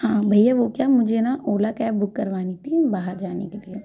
हाँ भैया वो क्या मुझे ना ओला कैब बुक करवानी थी बाहर जाने के लिए